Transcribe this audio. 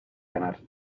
ganar